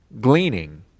gleaning